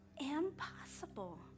Impossible